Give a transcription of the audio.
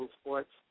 sports